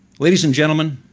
ladies and gentlemen,